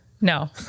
No